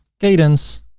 kadence.